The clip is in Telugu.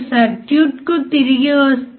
దీన్ని ఎక్కడ ఉపయోగించవచ్చు